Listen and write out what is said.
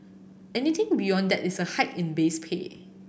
anything beyond that is a hike in base pay